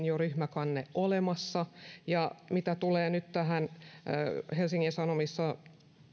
jo ryhmäkanne olemassa ja mitä tulee nyt tähän helsingin sanomissa